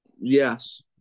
Yes